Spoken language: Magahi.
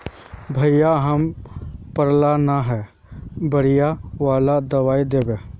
भैया हम पढ़ल न है बढ़िया वाला दबाइ देबे?